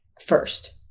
first